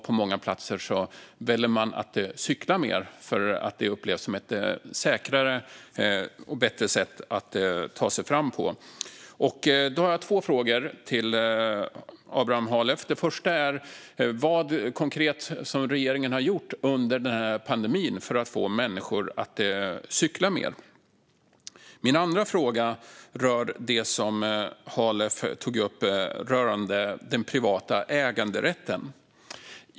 På många platser väljer man att cykla mer för att det upplevs som ett säkrare och bättre sätt att ta sig fram på. Jag har två frågor till Abraham Halef. Den första är: Vad har regeringen konkret gjort under pandemin för att få människor att cykla mer? Min andra fråga rör det som Halef tog upp angående den privata äganderätten.